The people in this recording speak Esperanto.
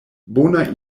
bona